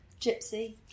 Gypsy